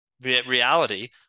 reality